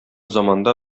заманда